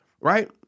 right